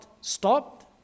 stopped